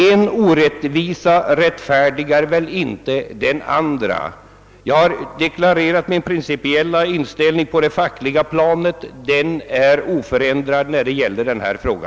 En orättvisa rättfärdigar väl inte en annan. Jag har deklarerat min principiella inställning på det fackliga planet. Den är oförändrad också i denna fråga.